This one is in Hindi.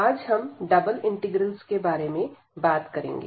आज हम डबल इंटीग्रल्स के बारे में बात करेंगे